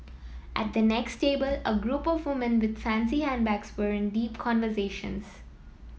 at the next table a group of woman with fancy handbags were in deep conversations